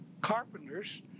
carpenters